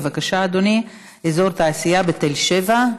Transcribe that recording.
בבקשה, אדוני, אזור תעשייה בתל שבע.